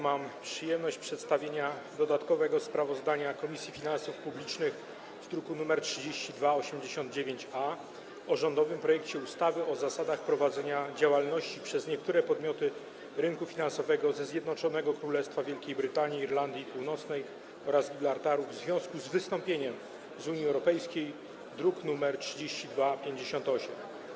Mam przyjemność przedstawić dodatkowe sprawozdanie Komisji Finansów Publicznych z druku nr 3289-A o rządowym projekcie ustawy o zasadach prowadzenia działalności przez niektóre podmioty rynku finansowego ze Zjednoczonego Królestwa Wielkiej Brytanii i Irlandii Północnej oraz Gibraltaru w związku z wystąpieniem z Unii Europejskiej, druk nr 3258.